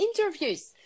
interviews